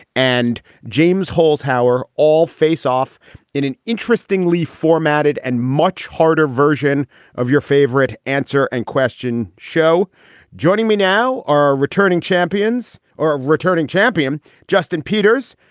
and james holshouser all face off in an interestingly formatted and much harder version of your favorite answer and question show joining me now are returning champions or ah returning champion justin peters,